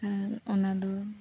ᱟᱨ ᱚᱱᱟ ᱫᱚ